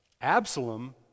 Absalom